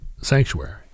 sanctuary